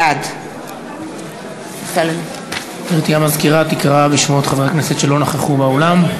בעד גברתי המזכירה תקרא בשמות חברי הכנסת שלא נכחו באולם.